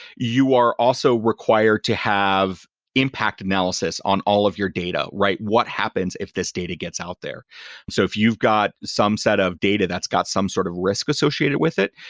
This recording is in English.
you are also required to have impact analysis on all of your data, right? what happens if this data gets out there so if you've got some set of data that's got some sort of risk associated with it,